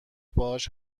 باهاش